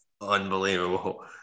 unbelievable